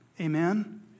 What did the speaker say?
Amen